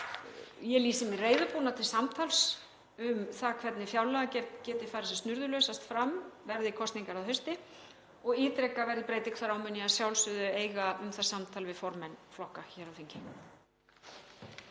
Ég lýsi mig reiðubúna til samtals um það hvernig fjárlagagerð geti farið sem snurðulausast fram verði kosningar að hausti og ítreka að verði breyting þar á mun ég að sjálfsögðu eiga um það samtal við formenn flokka hér á þingi.